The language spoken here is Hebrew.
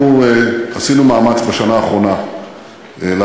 אנחנו עשינו מאמץ בשנה האחרונה להתחיל